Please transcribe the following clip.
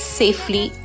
safely